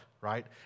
right